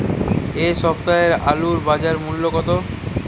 এ সপ্তাহের আলুর বাজার মূল্য কত?